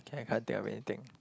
can I can't think of anything